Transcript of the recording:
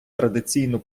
традиційно